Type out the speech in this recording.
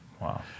Wow